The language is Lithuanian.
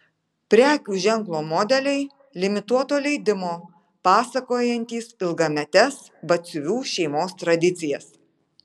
prekių ženklo modeliai limituoto leidimo pasakojantys ilgametes batsiuvių šeimos tradicijas